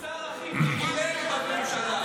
השר הכי פריבילג בממשלה.